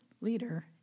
leader